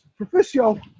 Proficio